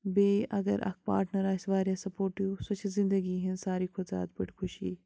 بیٚیہِ اگر اَکھ پاٹنَر آسہِ واریاہ سَپوٹِو سُہ چھےٚ زندگی ہِنٛز ساروی کھۄتہٕ زیادٕ بٔڑ خوشی